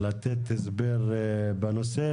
לתת הסבר בנושא.